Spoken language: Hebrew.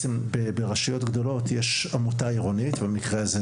ברשויות גדולות יש עמותה עירונית; במקרה זה,